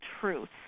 truth